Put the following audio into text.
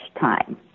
time